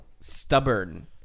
stubborn